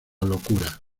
locura